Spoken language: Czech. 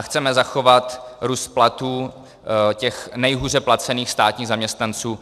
Chceme zachovat růst platů těch nejhůře placených státních zaměstnanců.